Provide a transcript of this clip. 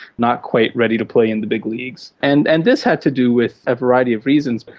not quite ready to play in the big league. so and and this had to do with a variety of reasons, but